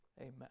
amen